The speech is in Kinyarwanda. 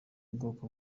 bwoko